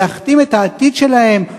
להכתים את העתיד שלהם,